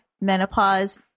menopause